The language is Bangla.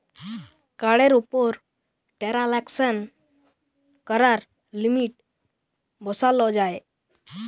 কাড়ের উপর টেরাল্সাকশন ক্যরার লিমিট বসাল যায়